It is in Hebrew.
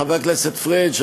חבר הכנסת פריג',